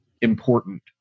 important